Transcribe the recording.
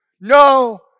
No